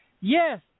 Yes